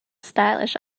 stylish